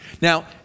Now